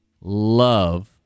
love